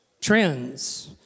trends